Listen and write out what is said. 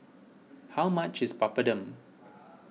how much is Papadum